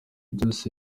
byose